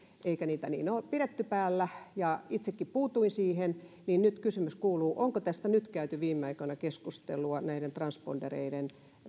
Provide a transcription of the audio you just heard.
eikä niitä niin pidetty päällä ja itsekin puutuin siihen nyt kysymys kuuluu onko käyty viime aikoina keskustelua näiden transpondereiden